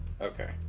Okay